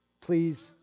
please